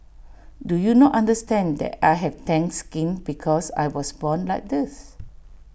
do you not understand that I have tanned skin because I was born like this